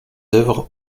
œuvres